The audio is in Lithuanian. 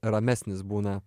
ramesnis būna